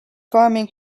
farming